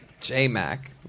J-Mac